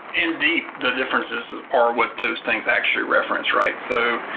indeed, differences are what those things actually reference, right? so